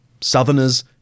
Southerners